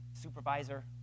supervisor